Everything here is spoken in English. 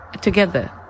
together